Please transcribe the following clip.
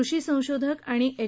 कृषी संशोधक आणि एच